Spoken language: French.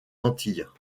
antilles